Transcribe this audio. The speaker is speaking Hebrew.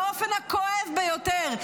באופן הכואב ביותר,